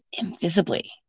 invisibly